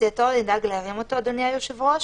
נדאג להרים אותו, אדוני היושב-ראש.